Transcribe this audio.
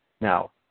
Now